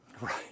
Right